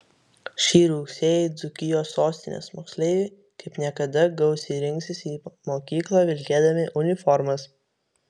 šį rugsėjį dzūkijos sostinės moksleiviai kaip niekada gausiai rinksis į mokyklą vilkėdami uniformas